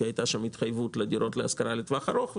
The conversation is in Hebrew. כי היתה שם התחייבות לדירות להשכרה לטווח ארוך,